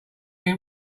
him